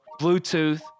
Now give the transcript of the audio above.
Bluetooth